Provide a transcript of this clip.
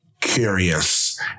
curious